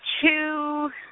two